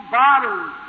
bottles